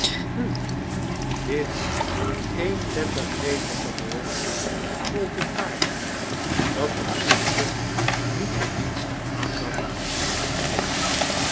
hu dit eenlettergrepige woord gold het paard dat er echter niet de minste aandacht aan schonk